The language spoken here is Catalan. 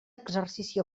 exercici